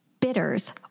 Bitters